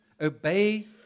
obey